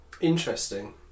Interesting